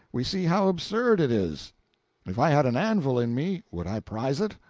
we see how absurd it is if i had an anvil in me would i prize it?